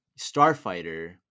Starfighter